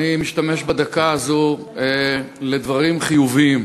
אני משתמש בדקה הזאת לדברים חיוביים.